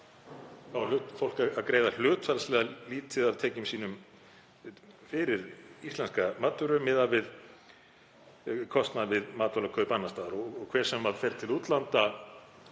Fólk er að greiða hlutfallslega lítið af tekjum sínum fyrir íslenska matvöru miðað við kostnað við matvælakaup annars staðar. Hver sem fer til útlanda